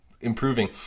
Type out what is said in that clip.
improving